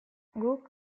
guk